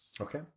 Okay